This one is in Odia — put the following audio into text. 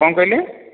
କ'ଣ କହିଲେ